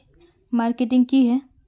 Marketing की है?